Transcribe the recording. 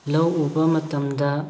ꯂꯧ ꯎꯕ ꯃꯇꯝꯗ